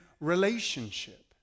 relationship